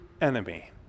enemy